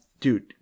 Dude